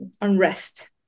unrest